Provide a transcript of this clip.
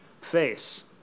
face